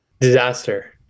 disaster